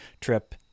trip